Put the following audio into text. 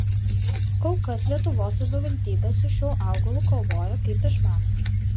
kol kas lietuvos savivaldybės su šiuo augalu kovoja kaip išmano